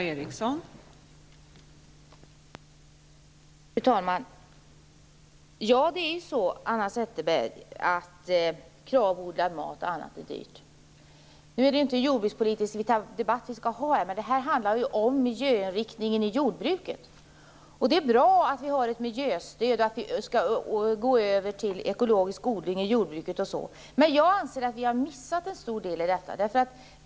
Fru talman! Ja, Hanna Zetterberg, Kravodlad mat exempelvis är dyr. Nu skall vi ju inte ha en jordbrukspolitisk debatt, men det handlar i alla fall om miljöinriktningen i jordbruket. Det är bra att miljöstödet finns och att vi skall gå över till ekologisk odling inom jordbruket osv. Jag anser dock att vi har missat en stor del här.